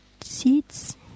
seeds